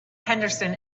henderson